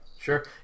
Sure